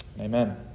Amen